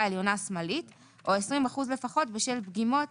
עליונה שמאלית או 20 אחוזים לפחות בשל פגימות